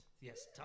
Yes